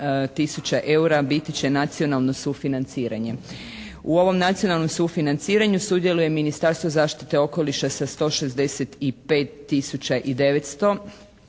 biti će nacionalno sufinanciranje. U ovom nacionalnom sufinanciranju sudjeluje Ministarstvo zaštite okoliša sa 165